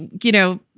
you know,